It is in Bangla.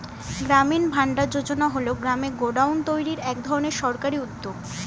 গ্রামীণ ভান্ডার যোজনা হল গ্রামে গোডাউন তৈরির এক ধরনের সরকারি উদ্যোগ